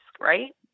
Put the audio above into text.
Right